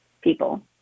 people